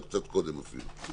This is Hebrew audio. אלא קצת קודם אפילו.